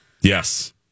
Yes